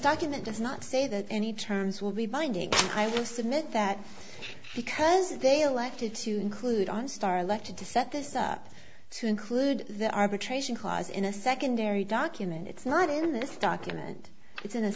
document does not say that any terms will be binding i will submit that because they elected to include on star elected to set this up to include the arbitration clause in a secondary document it's not in this document it's in a